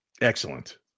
Excellent